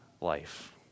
life